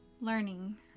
learning